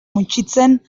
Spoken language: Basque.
mutxitzen